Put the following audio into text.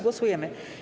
Głosujemy.